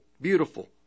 beautiful